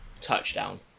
touchdown